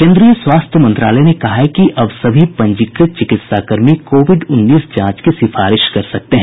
केन्द्रीय स्वास्थ्य मंत्रालय ने कहा है कि अब सभी पंजीकृत चिकित्साकर्मी कोविड उन्नीस जांच की सिफारिश कर सकते हैं